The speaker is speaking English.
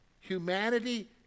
Humanity